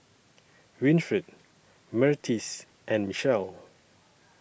Winfred Myrtis and Michelle